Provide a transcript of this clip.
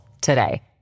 today